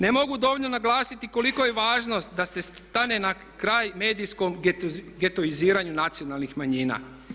Ne mogu dovoljno naglasiti kolika je važnost da se stane na kraj medijskom getoiziranju nacionalnih manjina.